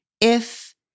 if-